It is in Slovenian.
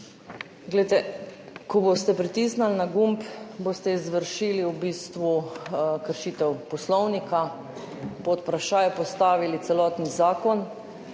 SDS):** Ko boste pritisnili na gumb, boste izvršili v bistvu kršitev poslovnika, pod vprašaj postavili celoten zakon.